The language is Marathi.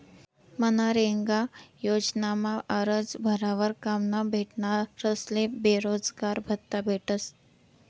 मनरेगा योजनामा आरजं भरावर काम न भेटनारस्ले बेरोजगारभत्त्ता भेटस